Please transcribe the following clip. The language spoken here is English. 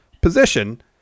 position